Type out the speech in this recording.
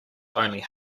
only